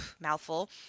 Mouthful